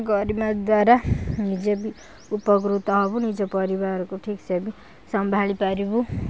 କରିବା ଦ୍ଵାରା ନିଜେ ବି ଉପକୃତ ହେବୁ ନିଜ ପରିବାରକୁ ଠିକ୍ ସେ ବି ସମ୍ଭାଳି ପାରିବୁ